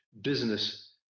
business